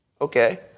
Okay